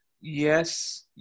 yes